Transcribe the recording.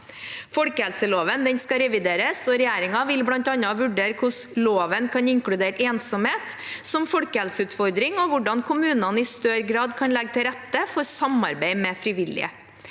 Folkehelseloven skal revideres, og regjeringen vil bl.a. vurdere hvordan loven kan inkludere ensomhet som folkehelseutfordring, og hvordan kommunene i større grad kan legge til rette for samarbeid med frivillige.